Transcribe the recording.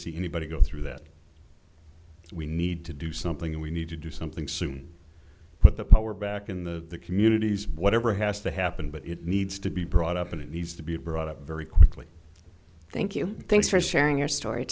see anybody go through that we need to do something and we need to do something soon put the power back in the communities whatever has to happen but it needs to be brought up and it needs to be brought up very quickly thank you thanks for sharing your story